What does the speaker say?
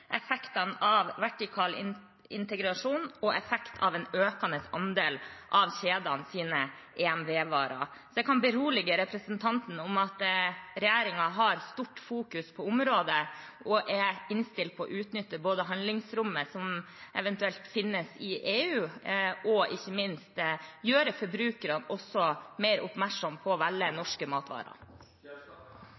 effektene av vertikal integrasjon og effekt av en økende andel av kjedenes EMV-varer. Jeg kan berolige representanten med at regjeringen har stort fokus på området og er innstilt på både å utnytte handelsrommet som ev. finnes i EU, og ikke minst også gjøre forbrukerne mer oppmerksomme på å velge